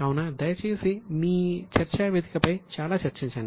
కావున దయచేసి మీరు చర్చా వేదికపై చాలా చర్చించండి